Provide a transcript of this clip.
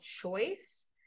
choice